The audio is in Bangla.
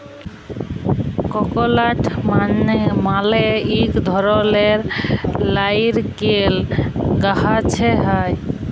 ককলাট মালে ইক ধরলের লাইরকেল গাহাচে হ্যয়